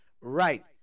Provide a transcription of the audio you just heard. right